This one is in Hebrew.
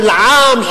של עם,